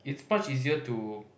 it's much easier to